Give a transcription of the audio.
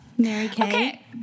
Okay